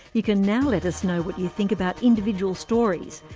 you can now let us know what you think about individual stories.